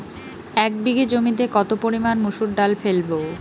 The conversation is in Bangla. এক বিঘে জমিতে কত পরিমান মুসুর ডাল ফেলবো?